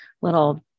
little